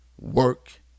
Work